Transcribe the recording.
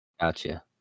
Gotcha